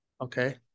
okay